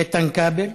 איתן כבל,